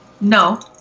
No